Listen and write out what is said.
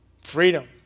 freedom